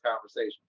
conversation